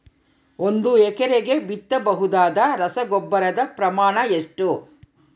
ಒಂದು ಎಕರೆಗೆ ಬಿತ್ತಬಹುದಾದ ರಸಗೊಬ್ಬರದ ಪ್ರಮಾಣ ಎಷ್ಟು?